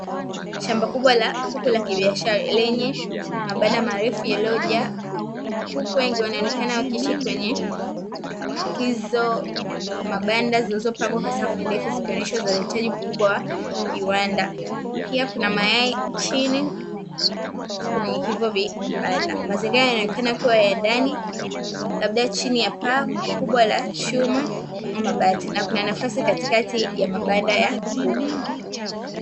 Shamba kubwa la kuku la kibiashara lenye mabanda marefu yaliojaa kuku, kuku wengi wanaonekana wakiishi kwenye hizo mabanda zilizopangwa kwa safu ndefu zikionyesha uzalishaji mkubwa wa viwanda, pia kunamayai chini kwenye hivyo vibanda. Mazingira yanaonekana kuwa ya ndani labda chini ya paa kubwa la chuma ama bati na kuna nafasi katikati ya mabanda ya kuku.